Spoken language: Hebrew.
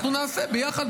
אנחנו נעשה ביחד,